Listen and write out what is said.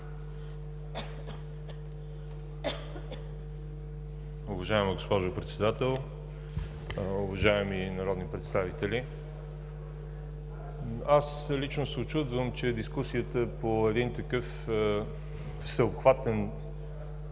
Уважаема госпожо Председател, уважаеми народни представители! Аз лично се учудвам, че дискусията по един такъв всеобхватен